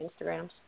Instagrams